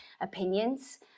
opinions